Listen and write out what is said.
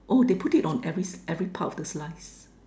oh they put it on every every part of the slice